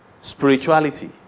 spirituality